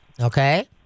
okay